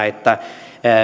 että